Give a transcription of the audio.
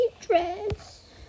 dress